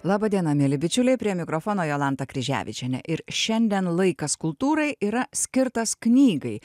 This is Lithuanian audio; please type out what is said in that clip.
laba diena mieli bičiuliai prie mikrofono jolanta kryževičienė ir šiandien laikas kultūrai yra skirtas knygai